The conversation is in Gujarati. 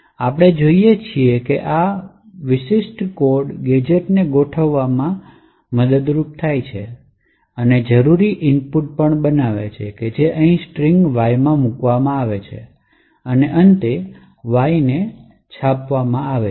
છે આપણે જોઈએ છીએ કે આ વિશિષ્ટ કોડ ગેજેટ્સ ને ગોઠવે છે અને જરૂરી ઇનપુટ બનાવે છે જે અહીં સ્ટ્રિંગ Y માં મૂકવામાં આવે છે અને અંતે Y છાપવામાં આવે છે